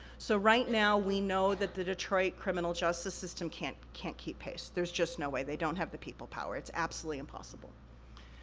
so, right now we know that the detroit criminal justice system can't can't keep pace, there's just no way, they don't have the people power. it's absolutely impossible.